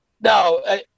No